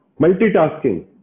multitasking